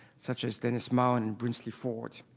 such as dennis mount and brinsley ford.